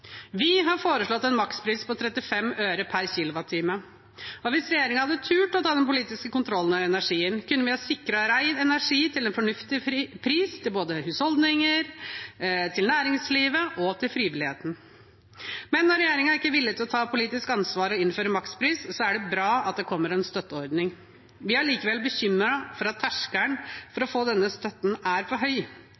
Vi har foreslått en makspris på 35 øre per kilowattime. Hvis regjeringen hadde turt å ta den politiske kontrollen over energien, kunne vi ha sikret ren energi til en fornuftig pris både til husholdninger, til næringslivet og til frivilligheten. Men når regjeringen ikke er villig til å ta politisk ansvar og innføre makspris, er det bra at det kommer en støtteordning. Vi er likevel bekymret for at terskelen for